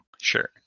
Sure